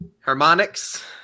Harmonics